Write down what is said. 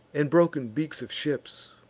and broken beaks of ships,